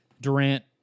Durant